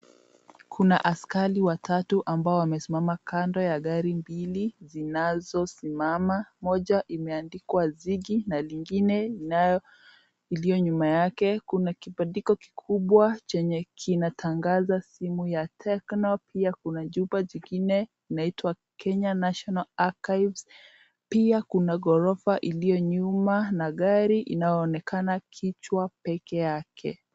Kuna askari watatu ambao wamesimama kando ya gari hili zinazosimama. Moja imeandikwa Ziggy na lingine nayo iliyo nyuma yake. Kuna kibandiko kikubwa chenye kinatangaza simu ya techno . Pia kuna jumba jingine linaitwa Kenya National Archives. Pia kuna gorofa iliyo nyuma na gari inayoonekana kichwa peke yake.